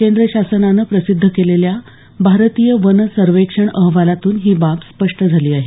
केंद्रशासनानं प्रसिद्ध केलेल्या भारतीय वन सर्वेक्षण अहवालातून ही बाब स्पष्ट झाली आहे